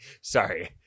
Sorry